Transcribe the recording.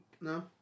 No